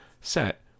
set